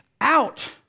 out